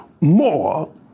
more